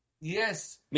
Yes